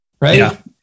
right